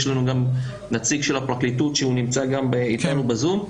יש לנו גם נציג של הפרקליטות שנמצא איתנו בזום,